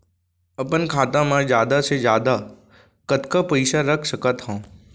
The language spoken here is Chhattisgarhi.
अपन खाता मा जादा से जादा कतका पइसा रख सकत हव?